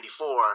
1994